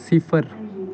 सिफर